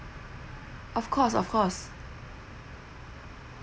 of course of course